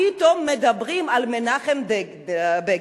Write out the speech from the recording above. פתאום מדברים על מנחם בגין.